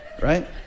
right